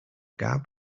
gab